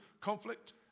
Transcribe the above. conflict